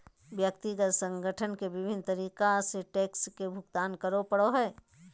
व्यक्ति संगठन के विभिन्न तरीका से टैक्स के भुगतान करे पड़ो हइ